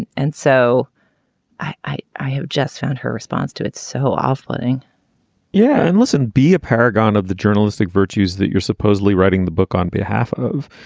and and so i i have just found her response to it. so offputting yeah. and listen, be a paragon of the journalistic virtues that you're supposedly writing the book on behalf of.